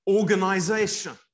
organization